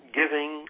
giving